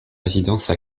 résidence